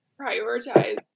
prioritize